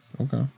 Okay